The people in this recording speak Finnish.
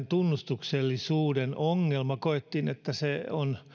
tunnustuksellisuuden ongelma koettiin että se on